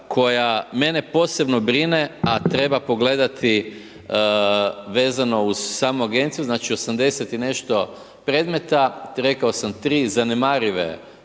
koja mene posebno brine a treba pogledati vezano uz samu agenciju, znači 80 i nešto predmeta, 3 zanemarive